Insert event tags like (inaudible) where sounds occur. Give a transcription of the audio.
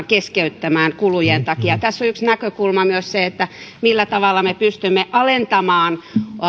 (unintelligible) keskeyttämään kulujen takia tässä on yksi näkökulma myös se millä tavalla me pystymme alentamaan